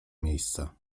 miejsca